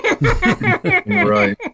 Right